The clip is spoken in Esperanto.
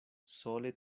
sole